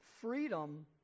Freedom